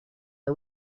are